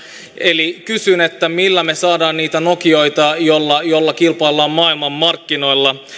eli kysyn millä me saamme niitä nokioita joilla kilpaillaan maailmanmarkkinoilla